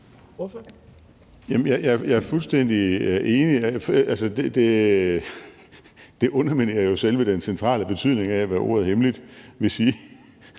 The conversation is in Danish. Jeg er fuldstændig enig. Det underminerer jo selve den centrale betydning af, hvad ordet hemmelig vil sige,